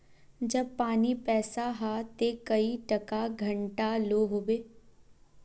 जब पानी पैसा हाँ ते कई टका घंटा लो होबे?